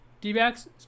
D-backs